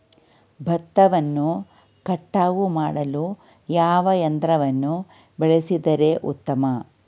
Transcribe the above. ಭತ್ತವನ್ನು ಕಟಾವು ಮಾಡಲು ಯಾವ ಯಂತ್ರವನ್ನು ಬಳಸಿದರೆ ಉತ್ತಮ?